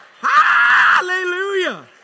Hallelujah